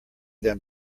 than